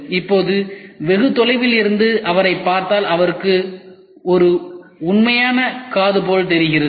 இப்போது வெகு தொலைவில் இருந்து அவரைப் பார்த்தால் அவருக்கு ஒரு உண்மையான காது போல் தெரிகிறது